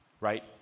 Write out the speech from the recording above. Right